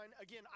Again